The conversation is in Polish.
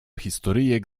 historyjek